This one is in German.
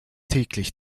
täglich